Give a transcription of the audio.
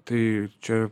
tai čia